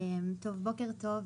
בוקר טוב.